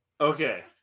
Okay